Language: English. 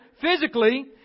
physically